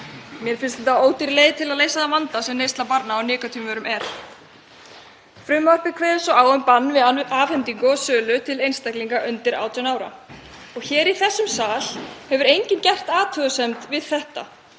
Mér finnst þetta ódýr leið til að leysa þann vanda sem neysla barna á nikótínvörum er. Frumvarpið kveður svo á um bann við afhendingu og sölu til einstaklinga undir 18 ára. Hér í þessum sal hefur enginn gert athugasemd við þetta.